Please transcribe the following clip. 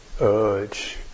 urge